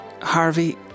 Harvey